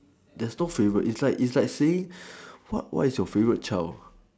there's no favourite it's like it's like saying what's your favourite child